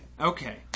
Okay